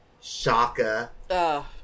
Shaka